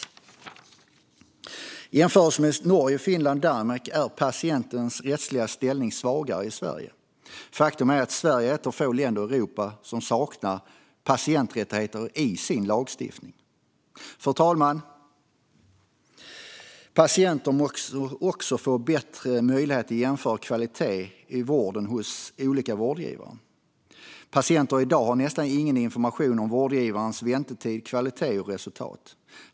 I jämförelse med Norge, Finland och Danmark är patientens rättsliga ställning svagare i Sverige. Faktum är att Sverige är ett av få länder i Europa som saknar patienträttigheter i sin lagstiftning. Fru talman! Patienten måste också få bättre möjligheter att jämföra kvalitet i vården hos olika vårdgivare. Patienter har i dag nästan ingen information om vårdgivarens väntetider, kvalitet och resultat.